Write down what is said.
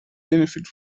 benefit